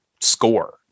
score